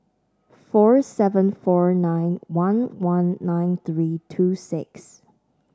four seven four nine one one nine three two six